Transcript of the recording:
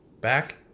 back